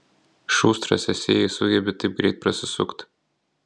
šustras esi jei sugebi taip greit prasisukt